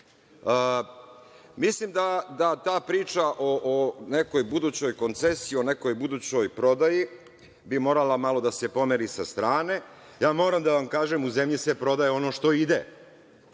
Tesla. Mislim da ta priča o nekoj budućoj koncesiji, o nekoj budućoj prodaji bi morala malo da se pomeri sa strane. Moram da vam kažem, u zemlji se prodaje ono što ide.